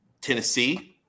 Tennessee –